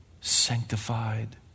sanctified